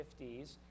50s